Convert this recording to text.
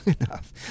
enough